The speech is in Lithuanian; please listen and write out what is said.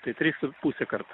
tai trys su puse karto